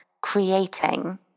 creating